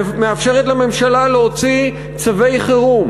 מאפשרת לממשלה להוציא צווי חירום,